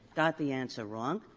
got the answer wrong.